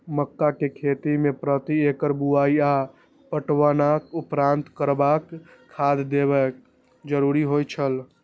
मक्का के खेती में प्रति एकड़ बुआई आ पटवनक उपरांत कतबाक खाद देयब जरुरी होय छल?